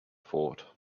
thought